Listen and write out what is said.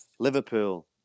Liverpool